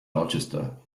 rochester